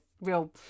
real